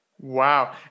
Wow